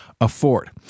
afford